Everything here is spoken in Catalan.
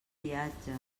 viatge